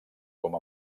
com